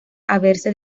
haberse